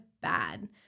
bad